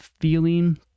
feeling